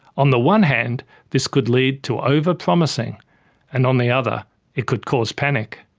on the one hand this could lead to over-promising, and on the other it could cause panic.